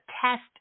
test